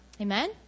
Amen